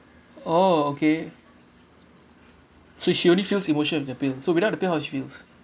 oh okay so she only feels emotions with the pill so without the pill how she feels